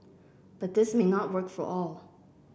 but this may not work for all